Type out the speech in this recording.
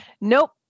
nope